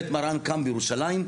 בית מרן קם בירושלים,